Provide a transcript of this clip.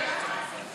תפסיקי את השיח הזה.